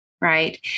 Right